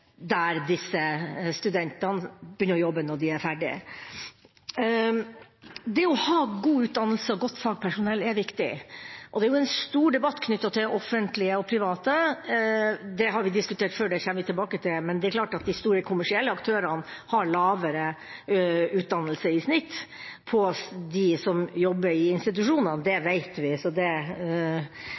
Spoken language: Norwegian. der disse studentene begynner å jobbe når de er ferdige. Det å ha godt utdannet fagpersonell er viktig. Det er en stor debatt knyttet til offentlige og private aktører. Det har vi diskutert før, og det kommer vi tilbake til. Men det er klart at de som jobber i institusjoner drevet av de store kommersielle aktørene, i snitt har lavere utdannelse. Det vet vi. Det trenger vi ikke å bruke veldig lang tid på. Det